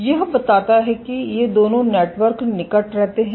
यह बताता है कि ये दोनों नेटवर्क निकट रहते हैं